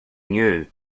knew